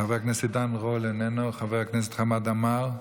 חבר הכנסת עידן רול, איננו, חבר הכנסת חמד עמאר,